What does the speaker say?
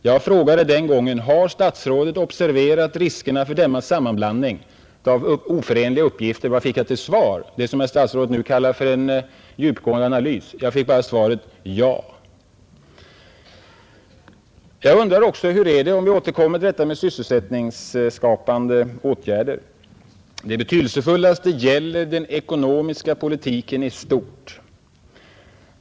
Jag frågade den gången: Har statsrådet observerat riskerna för denna sammanblandning av oförenliga uppgifter? Vad fick jag till svar — det svar som herr statsrådet nu kallar för en djupgående analys? Jag fick svaret: Ja. Jag undrar också hur det är med de sysselsättningsskapande åtgärderna — om jag får återkomma till det. Det betydelsefullaste är den ekonomiska politiken i stort.